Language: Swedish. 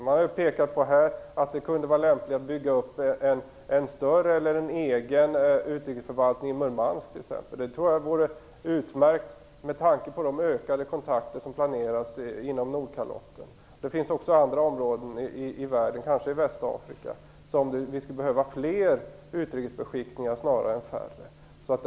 Man har här t.ex. pekat på att det kunde vara lämpligt att bygga upp en egen utrikesförvaltning i Murmansk. Jag tror att det vore utmärkt med tanke på de ökade kontakter som planeras på Nordkalotten. Det finns också andra områden i världen, som kanske Västafrika, där vi skulle behöva fler utrikesbeskickningar snarare än färre sådana.